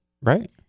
right